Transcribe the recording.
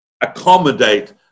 accommodate